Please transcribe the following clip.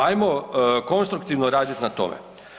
Ajmo konstruktivno radit na tome.